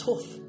tough